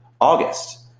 August